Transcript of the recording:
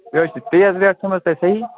یہِ حظ چھِ تیز ریٹ تھٔومٕژ تۄہہِ صحیح